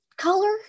color